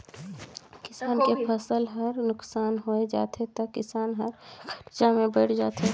किसान के फसल हर नुकसान होय जाथे त किसान हर करजा में बइड़ जाथे